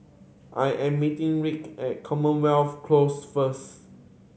I am meeting Rick at Commonwealth Close first